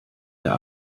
der